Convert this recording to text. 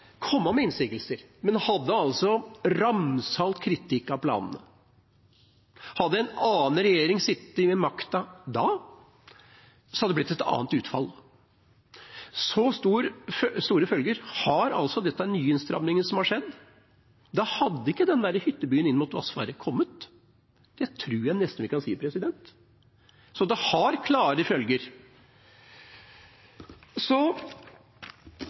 komme med innsigelser, men hadde ramsalt kritikk av planene. Hadde en annen regjering sittet med makta da, hadde det blitt et annet utfall. Så store følger har de nye innstrammingene som har skjedd. Da hadde ikke hyttebyggingen inn mot Vassfaret kommet – det tror jeg nesten vi kan si. Så det har klare følger. Så